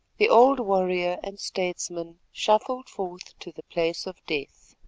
the old warrior and statesman shuffled forth to the place of death.